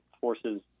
forces